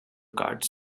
kart